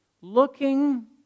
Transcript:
looking